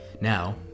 Now